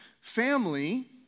family